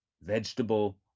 vegetable